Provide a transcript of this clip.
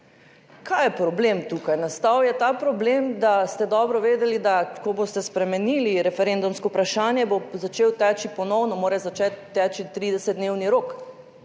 Kaj je problem tukaj? Nastal je ta problem, da ste dobro vedeli, da ko boste spremenili referendumsko vprašanje, bo začel teči, ponovno mora začeti teči 30-dnevni rok